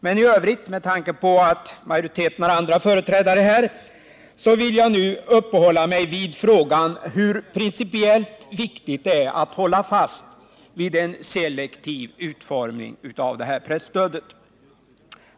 Men i övrigt vill jag — med tanke på att majoriteten har andra företrädare i denna debatt — uppehålla mig vid frågan om hur principiellt viktigt det är att hålla fast vid en selektiv utformning av presstödet.